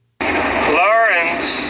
Lawrence